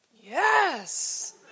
Yes